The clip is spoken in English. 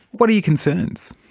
what are your concerns?